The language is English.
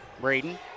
Braden